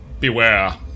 Beware